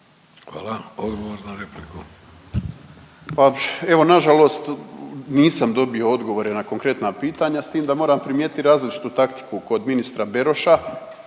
Nino (MOST)** Pa evo nažalost nisam dobio odgovore na konkretna pitanja s tim da moram primijetiti različitu taktiku kod ministra Beroša